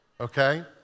okay